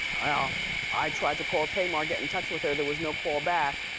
ah i tried to call tamar, get in touch with her, there was no call back,